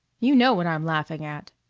you know what i'm laughing at,